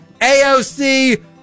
AOC